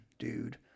dude